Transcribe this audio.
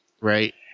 Right